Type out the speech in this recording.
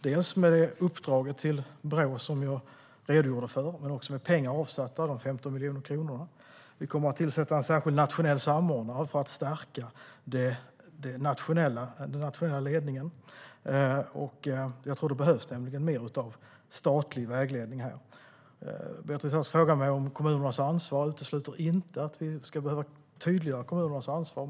Bland annat är det uppdraget till Brå, som jag redogjorde för. Det finns 15 miljoner kronor avsatta. Vi kommer att tillsätta en särskild nationell samordnare för att stärka den nationella ledningen. Jag tror att det behövs mer av statlig vägledning. Beatrice Ask frågade mig om kommunernas ansvar. Jag utesluter inte att vi behöver tydliggöra kommunernas ansvar.